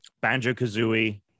Banjo-Kazooie